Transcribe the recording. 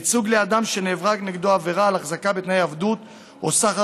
ייצוג לאדם שנעברה נגדו עבירה של החזקה בתנאי עבדות או סחר